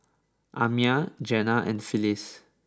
Amiah Jenna and Phyliss